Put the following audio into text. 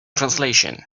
translation